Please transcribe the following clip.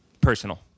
Personal